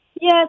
Yes